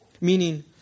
Meaning